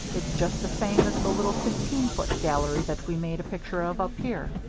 it's just the same as the little fifteen-foot gallery that we made a picture of up here.